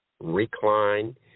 recline